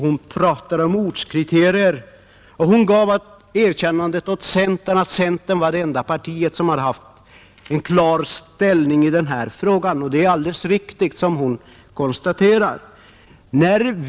Hon pratade om ortskriterier och gav det erkännandet åt centern att det var det enda parti som tagit klar ställning i den här frågan, och det är alldeles riktigt.